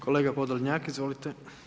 Kolega Podlonjak, izvolite.